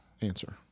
answer